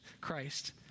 Christ